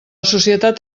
societat